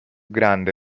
grande